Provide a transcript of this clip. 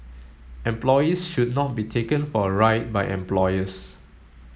employees should not be taken for a ride by employers